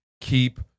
keep